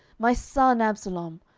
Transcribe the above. my son absalom!